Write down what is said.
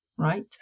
Right